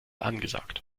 angesagt